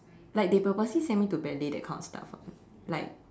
like they purposely send me to ballet that kind of stuff [what] like